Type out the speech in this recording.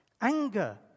anger